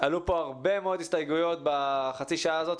עלו פה הרבה מאוד הסתייגויות בחצי שעה הזאת,